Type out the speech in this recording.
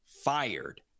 fired